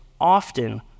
often